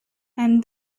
and